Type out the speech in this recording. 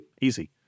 easy